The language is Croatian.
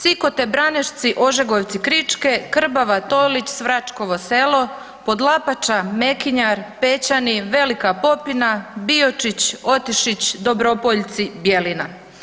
Cikote, Branešci, Ožegovci, Kričke, Krbava, Tolić, Svračkovo Selo, Podlapača, Mekinjar, Pećani, Velika Popina, Biočić, Otešić, Dobropoljci, Bjelina.